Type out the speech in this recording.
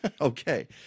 Okay